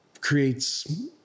creates